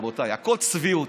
רבותיי, הכול צביעות.